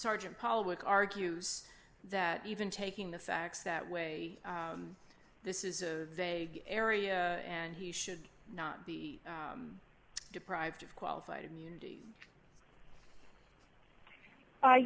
sergeant paul would argues that even taking the facts that way this is a vague area and he should not be deprived of qualified immunity i